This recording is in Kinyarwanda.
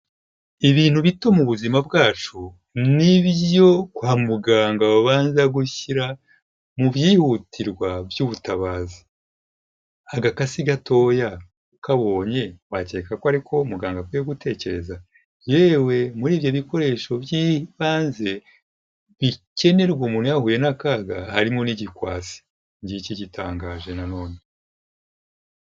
Ibintu bito mu buzima bwacu nibyo kwa muganga babanza gushyira mu byihutirwa by'ubutabazi, agakasi gatoya ukabonye wakeka ko ariko muganga akwiye gutekereza, yewe muri ibyo bikoresho by'ibanze bikenerwa umuntu yahuye n'akaga harimo n'igikwasi, ngiki gitangaje nanone.